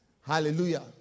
Hallelujah